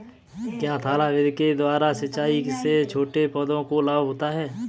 क्या थाला विधि के द्वारा सिंचाई से छोटे पौधों को लाभ होता है?